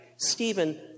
Stephen